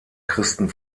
christen